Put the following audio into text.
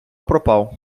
пропав